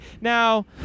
Now